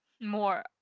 more